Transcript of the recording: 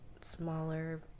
smaller